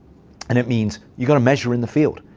and it means you've got to measure in the field.